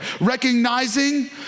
Recognizing